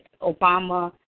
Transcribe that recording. Obama